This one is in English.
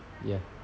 ya